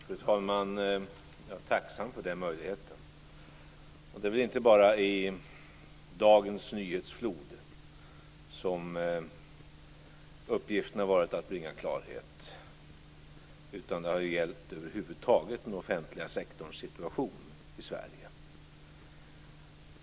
Fru talman! Jag är tacksam för den möjligheten. Det är inte bara i dagens nyhetsflod som uppgiften har varit att bringa klarhet, utan det har över huvud taget gällt den offentliga sektorns situation i Sverige.